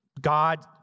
God